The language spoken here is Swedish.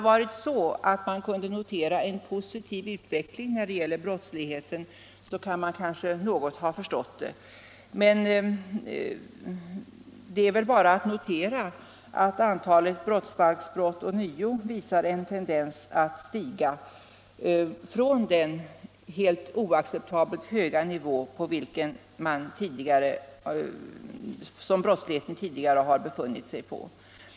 Om man hade kunnat notera en positiv utveckling när det gäller brottsligheten kunde man kanske ha haft viss förståelse för detta, men det är väl bara att notera att antalet brottsbalksbrott ånyo visar en tendens att stiga från den helt oacceptabelt höga nivå som brottsligheten tidigare har befunnit sig på.